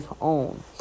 own